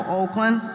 Oakland